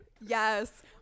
Yes